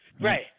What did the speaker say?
Right